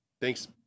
Thanks